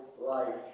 life